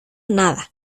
nada